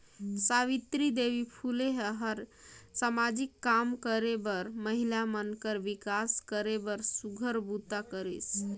सावित्री देवी फूले ह हर सामाजिक काम करे बरए महिला मन कर विकास करे बर सुग्घर बूता करिस